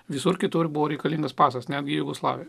visur kitur buvo reikalingas pasas netgi jeigu slavai